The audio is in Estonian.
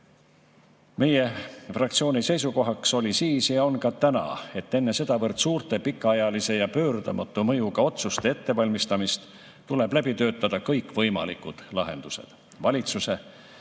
Meie fraktsiooni seisukoht oli siis ja on ka täna, et enne sedavõrd suurte pikaajalise ja pöördumatu mõjuga otsuste ettevalmistamist tuleb läbi töötada kõik võimalikud lahendused. Valitsuse